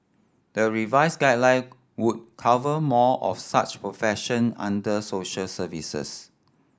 the revised guideline would cover more of such profession under social services